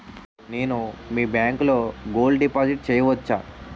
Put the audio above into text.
నేను మీ బ్యాంకులో గోల్డ్ డిపాజిట్ చేయవచ్చా?